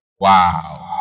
Wow